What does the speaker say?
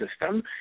system